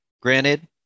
Granted